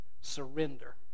surrender